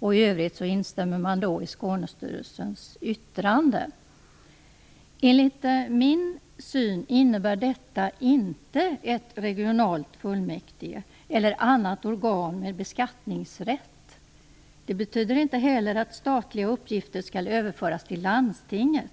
I övrigt instämmer man i Skånestyrelsens yttrande. Enligt min syn innebär detta inte ett regionalt fullmäktige eller annat organ med beskattningsrätt. Det betyder inte heller att statliga uppgifter skall överföras till landstinget.